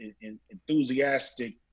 enthusiastic